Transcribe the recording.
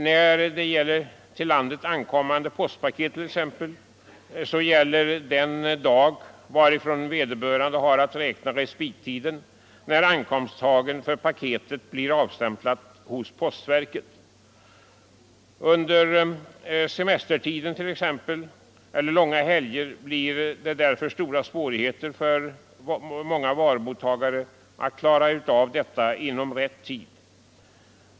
När det gäller t.ex. till landet ankommande postpaket räknas respittiden från den dag då paketet ankomststämplas hos postverket. Under t.ex. semestertiden eller i samband med långa helger blir det därför stora svårigheter för många varumottagare att klara förtullningsanmälningen inom föreskriven tid.